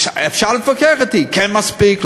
אפשר להתווכח אתי: כן מספיק,